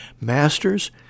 Masters